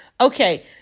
okay